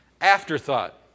Afterthought